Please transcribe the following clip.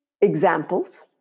examples